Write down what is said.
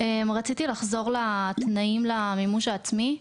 רציתי לחזור לתנאים למימוש העצמי.